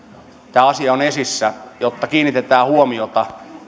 tämä asia on esissä jotta kiinnitetään huomiota